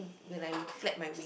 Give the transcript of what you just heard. when I flap my wing